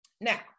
Now